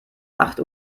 acht